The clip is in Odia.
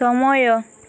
ସମୟ